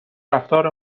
رفتار